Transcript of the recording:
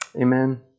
Amen